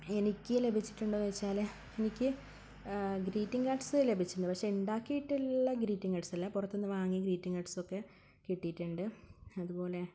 എനിക്ക് ലഭിച്ചിട്ടുണ്ടോയെന്നു വച്ചാൽ എനിക്ക് ഗ്രീറ്റിങ്ങ് കാർഡ്സ് ലഭിച്ചിട്ടുണ്ട് പക്ഷേ ഉണ്ടാക്കിയിട്ടുള്ള ഗ്രീറ്റിങ്ങ് കാർഡ്സ് അല്ല പുറത്തുനിന്നു വാങ്ങിയ ഗ്രീറ്റിങ്ങ് കാർഡ്സ് ഒക്കെ കിട്ടിയിട്ടുണ്ട് അതുപോലെ